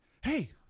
Hey